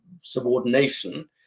subordination